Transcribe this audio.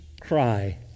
cry